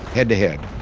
head to head.